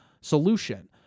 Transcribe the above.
solution